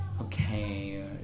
Okay